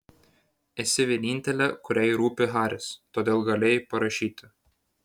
esi vienintelė kuriai rūpi haris todėl galėjai parašyti